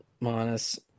minus